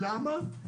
ולמה?